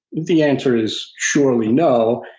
the answer is surely no.